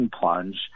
plunge